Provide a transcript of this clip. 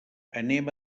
anem